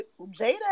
jada